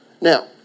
Now